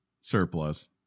surplus